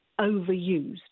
overused